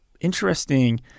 interesting